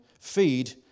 Feed